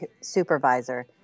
supervisor